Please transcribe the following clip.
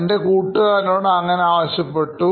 എൻറെ കൂട്ടുകാരനോട് അങ്ങനെ ആവശ്യപ്പെട്ടു